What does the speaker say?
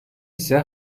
ise